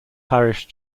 parish